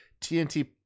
TNT